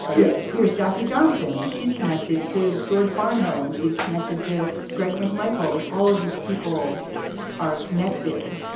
like yeah here's jackie johnson. she's connected to george barnhill and she's connected to greg mcmichael. like all of these people are connected.